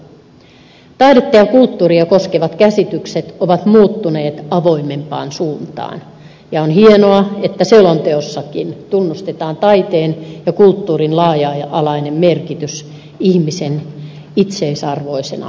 taidetta ja kulttuuria koskevat käsitykset ovat muuttuneet avoimempaan suuntaan ja on hienoa että selonteossakin tunnustetaan taiteen ja kulttuurin laaja alainen merkitys ihmisen itseisarvoisena perustarpeena